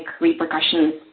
repercussions